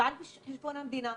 ועל חשבון המדינה,